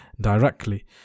directly